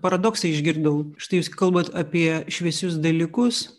paradoksą išgirdau štai jūs kalbat apie šviesius dalykus